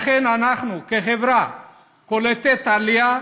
לכן, אנחנו, כחברה קולטת עלייה,